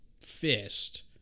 fist